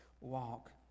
walk